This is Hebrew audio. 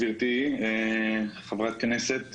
גברתי חברת הכנסת,